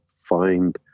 find